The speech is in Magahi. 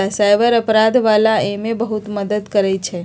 साइबर अपराध वाला एमे बहुते मदद करई छई